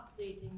updating